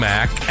Mac